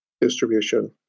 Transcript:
distribution